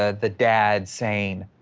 ah the dad saying,